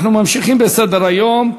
אנחנו ממשיכים בסדר-היום.